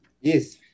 Yes